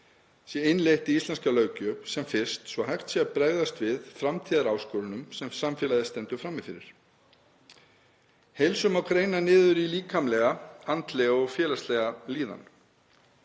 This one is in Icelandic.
sé innleitt í íslenska löggjöf sem fyrst svo hægt sé að bregðast við framtíðaráskorunum sem samfélagið stendur frammi fyrir. Heilsu má greina niður í líkamlega, andlega og félagslega líðan.